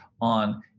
on